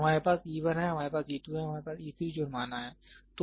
तो हमारे पास e 1 है हमारे पास e 2 है हमारे पास e 3 जुर्माना है